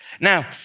Now